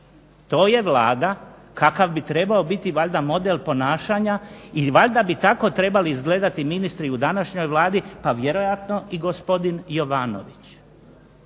To je Vlada kakav bi trebao biti valjda model ponašanja i valjda bi tako trebali izgledati ministri i u današnjoj Vladi, pa vjerojatno i gospodin Jovanović.